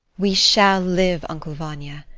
we shall live, uncle vanya.